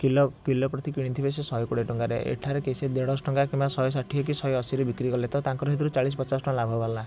kilo kilo ପ୍ରତି କିଣିଥିବେ ସେ ଶହେ କୋଡ଼ିଏ ଟଙ୍କାରେ ଏଠାରେ କେ ସେ ଦେଢ଼ଶହ ଟଙ୍କା କିମ୍ବା ଶହେ ଷାଠିଏ କି ଶହେ ଅଶୀରେ ବିକ୍ରି କଲେ ତ ତାଙ୍କର ସେଥିରୁ ଚାଳିଶ ପଚାଶ ଟଙ୍କା ଲାଭ ବାହାରିଲା